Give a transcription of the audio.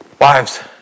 Wives